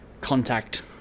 contact